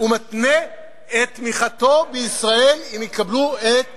הוא מתנה את תמיכתו בישראל אם יקבלו את דעתו.